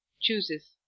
chooses